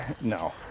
No